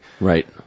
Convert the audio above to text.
Right